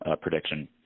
prediction